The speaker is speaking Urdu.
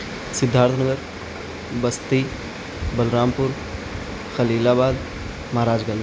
Siddharth Nagar Basti Balrampur Khalilabad Maharaj Ganj